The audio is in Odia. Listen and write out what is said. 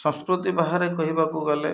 ସଂସ୍କୃତି ବାହାରେ କହିବାକୁ ଗଲେ